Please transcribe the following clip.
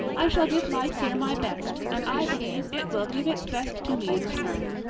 i shall give life here my best, and i believe it will give its best to me in return.